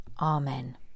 Amen